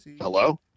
Hello